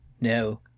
no